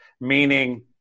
Meaning